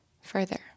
Further